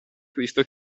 cristo